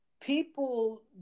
people